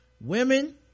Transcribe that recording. women